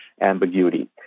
ambiguity